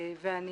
אני